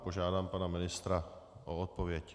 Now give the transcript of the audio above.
Požádám pana ministra o odpověď.